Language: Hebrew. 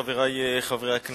חברי חברי הכנסת,